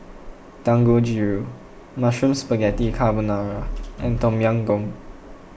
Dangojiru Mushroom Spaghetti Carbonara and Tom Yam Goong